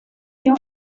niño